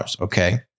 okay